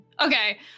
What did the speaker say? Okay